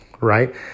right